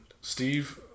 Steve